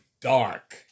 Dark